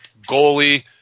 goalie